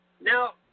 Now